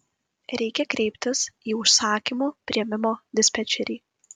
reikia kreiptis į užsakymų priėmimo dispečerį